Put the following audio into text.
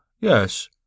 Yes